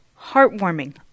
heartwarming